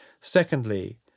Secondly